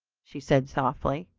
she said softly.